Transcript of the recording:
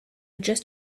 just